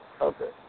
Okay